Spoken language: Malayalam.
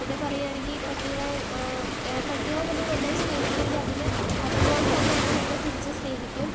പിന്നെ പറയുകയാണെങ്കിൽ പട്ടികളെ പട്ടികളെ നമ്മൾ നന്നായി സ്നേഹിക്കുകയാണെങ്കിൽ അതില് അതുപോൽത്തന്നെ അവര് നമ്മളെ തിരിച്ചും സ്നേഹിക്കും